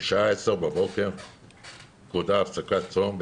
בשעה 10 בבוקר הייתה פקודה להפסקת צום.